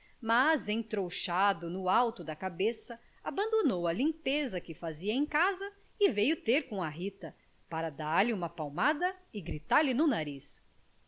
mas entrouxado no alto da cabeça abandonou a limpeza que fazia em casa e veio ter com a rita para dar-lhe uma palmada e gritar lhe no nariz